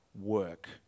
work